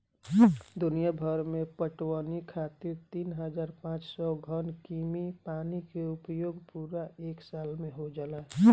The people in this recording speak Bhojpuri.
दुनियाभर में पटवनी खातिर तीन हज़ार पाँच सौ घन कीमी पानी के उपयोग पूरा एक साल में हो जाला